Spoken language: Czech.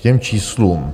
K těm číslům.